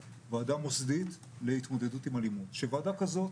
שהוא מאוד מאוד קריטי,